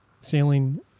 sailing